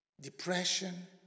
depression